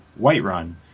Whiterun